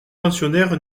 pensionnaire